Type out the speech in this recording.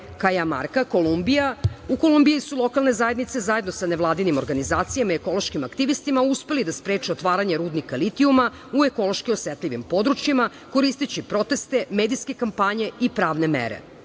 provinciji. Kajamarka, Kolumbija. U Kolumbiji su lokalne zajednice zajedno sa nevladinim organizacija i ekološkim aktivistima uspeli da spreče otvaranje rudnika litijuma u ekološki osetljivim područjima, koristeći proteste, medijske kampanje i pravne mere.U